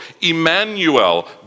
Emmanuel